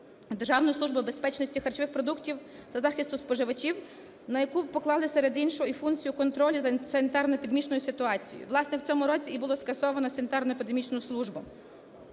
Державну службу безпечності харчових продуктів та захисту споживачів, на яку поклали, серед іншого, і функцію контролю за санітарно-епідемічною ситуацією. Власне, в цьому році і було скасовано санітарно-епідемічну службу.